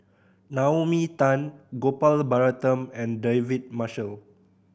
Naomi Tan Gopal Baratham and David Marshall